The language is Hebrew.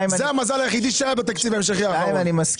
זה המזל היחידי שהיה בתקציב ההמשכי האחרון.